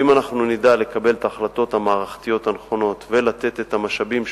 אם אנחנו נדע לקבל את ההחלטות המערכתיות הנכונות ולתת את המשאבים,